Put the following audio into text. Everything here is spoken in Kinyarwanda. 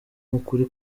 ukuri